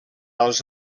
als